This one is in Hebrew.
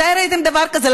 מתי ראיתם דבר כזה?